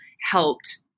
helped